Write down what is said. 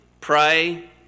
Pray